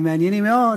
המעניינים מאוד,